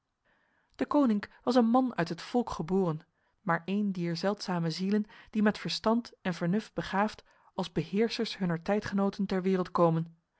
deconinck was een man uit het volk geboren maar een dier zeldzame zielen die met verstand en vernuft begaafd als beheersers hunner tijdgenoten ter wereld komen